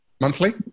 Monthly